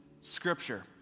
scripture